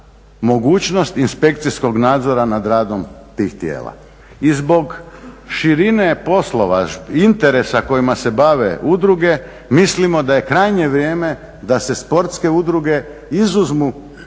mogućnost inspekcijskog nadzora nad radom tih tijela. I zbog širine poslova, interesa kojima se bave udruge mislimo da je krajnje vrijeme da se sportske udruge izuzmu